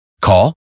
Call